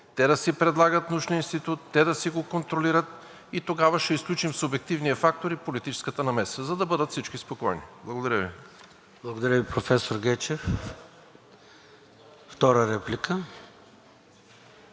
те да си предлагат научен институт, те да си го контролират, и тогава ще изключим субективния фактор и политическата намеса, за да бъдат всички спокойни. Благодаря Ви. ПРЕДСЕДАТЕЛ ЙОРДАН ЦОНЕВ: Благодаря Ви, професор Гечев. Трета реплика.